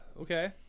Okay